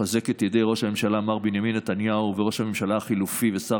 לחזק את ידי ראש הממשלה מר בנימין נתניהו וראש הממשלה החלופי ושר